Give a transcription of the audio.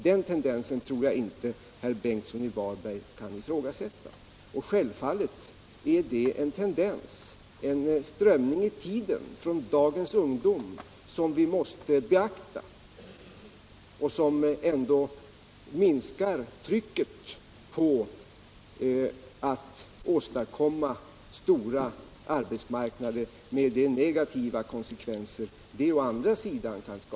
Den tendensen tror jag inte herr Bengtsson i Varberg kan ifrågasätta. Självfallet är det en strömning i tiden som vi måste beakta. Den minskar trycket på oss att åstadkomma stora arbetsmarknader, med de negativa konsekvenser det å andra sidan kan ha.